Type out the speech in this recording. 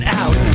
out